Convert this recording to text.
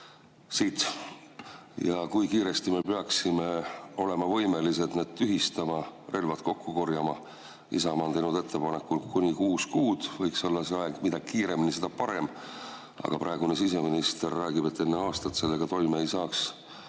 ja seda, kui kiiresti me peaksime olema võimelised need tühistama, relvad kokku korjama. Isamaa on teinud ettepaneku, et kuni kuus kuud võiks olla see aeg. Mida kiiremini, seda parem. Aga praegune siseminister räägib, et enne aastat sellega toime ei saaks